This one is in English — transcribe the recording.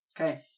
Okay